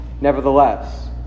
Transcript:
nevertheless